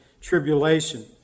tribulation